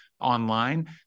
online